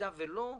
במידה ולא,